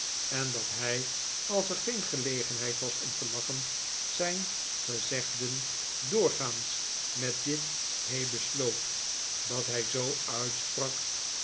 en dat hij als er geen gelegenheid was om te lachen zijn gezegden doorgaans met dit he besloot dat hij zoo uitsprak